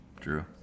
drew